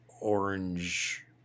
orange